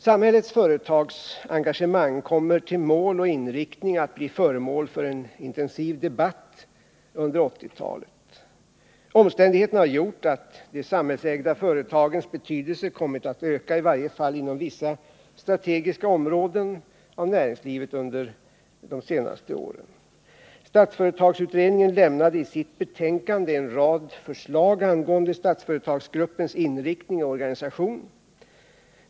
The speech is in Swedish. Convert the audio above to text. Samhällets företagsengagemang kommer till mål och inriktning att bli föremål för en intensiv debatt under 1980-talet. Omständigheterna har gjort att de samhällsägda företagens betydelse under de senaste åren kommit att öka, i varje fall inom vissa strategiska områden av näringslivet. Statsföretagsutredningen lämnade i sitt betänkande en rad förslag angående Statsföretagsgruppens inriktning och organisation.